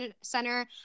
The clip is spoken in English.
Center